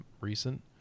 recent